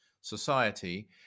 Society